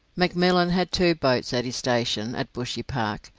mcmillan had two boats at his station at bushy park,